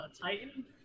titan